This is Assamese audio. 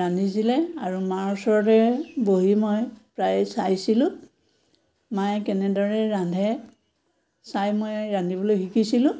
ৰান্ধিছিলে আৰু মাৰ ওচৰতে বহি মই প্ৰায়ে চাইছিলোঁ মায়ে কেনেদৰে ৰান্ধে চাই মই ৰান্ধিবলৈ শিকিছিলোঁ